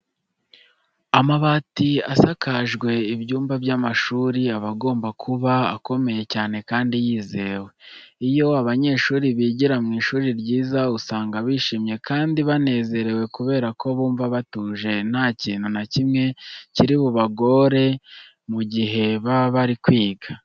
Amabati asakajwe ibyumba by'amashuri aba agomba kuba akomeye cyane kandi yizewe. Iyo abanyeshuri bigira mu ishuri ryiza usanga bishimye kandi banezerewe kubera ko bumva batuje nta kintu na kimwe kiri bubarogoye mu gihe baba bari kwiga.